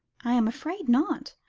i am afraid not.